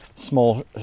small